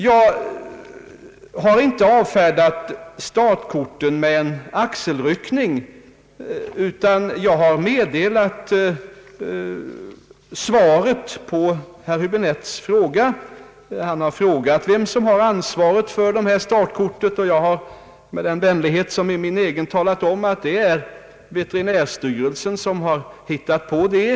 Jag har inte avfärdat startkorten med en axelryckning, utan jag har lämnat svar på herr Häbinettes fråga. Han har frågat vem som har ansvaret för startkorten, och jag har med den vänlighet som är min egen talat om att det är veterinärstyrelsen som har kommit upp med idén.